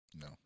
No